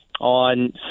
on